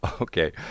okay